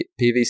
PVC